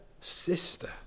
sister